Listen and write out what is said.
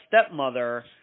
stepmother